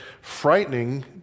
frightening